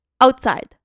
outside